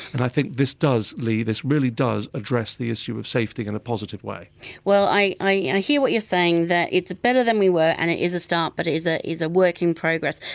and i think this does lee, this really does address the issue of safety in a positive way well i i hear what you're saying, that it's better than we were and it is a start but it ah is a work in progress.